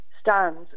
stands